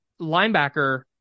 linebacker